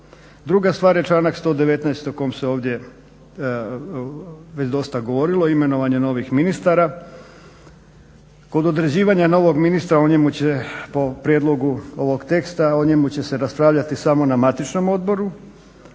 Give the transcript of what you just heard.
Druga stvar je članak 119. o kojem se ovdje već dosta govorilo, imenovanje novih ministara. Kod određivanja novog ministra o njemu će po prijedlogu ovog teksta o njemu će se raspravljati samo na matičnom odboru,